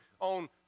on